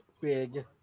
Big